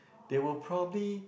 they will probably